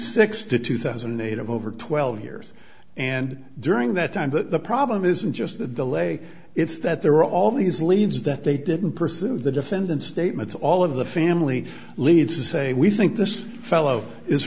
six to two thousand and eight of over twelve years and during that time that the problem isn't just the delay it's that there are all these leads that they didn't pursue the defendant's statements all of the family leads to say we think this fellow is